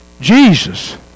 Jesus